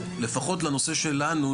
לפחות לנושא שלנו,